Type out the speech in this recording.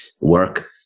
work